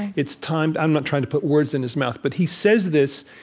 it's time i'm not trying to put words in his mouth, but he says this.